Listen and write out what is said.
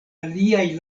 aliajn